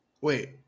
Wait